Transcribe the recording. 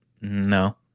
No